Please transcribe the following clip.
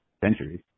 centuries